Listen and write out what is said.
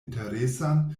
interesan